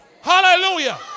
Hallelujah